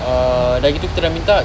err dah gitu kita dah minta